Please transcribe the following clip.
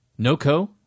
NOCO